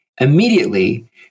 immediately